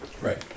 Right